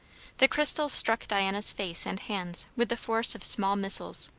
the crystals struck diana's face and hands with the force of small missiles.